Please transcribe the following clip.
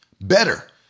Better